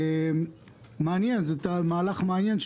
זה מהלך מעניין.